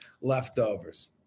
leftovers